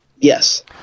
yes